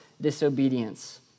disobedience